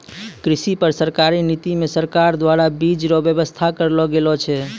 कृषि पर सरकारी नीति मे सरकार द्वारा बीज रो वेवस्था करलो गेलो छै